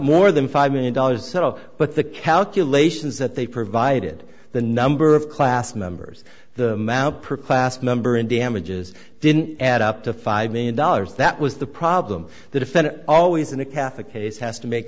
more than five million dollars but the calculations that they provided the number of class members the amount per class member in damages didn't add up to five million dollars that was the problem the defendant always in a catholic case has to make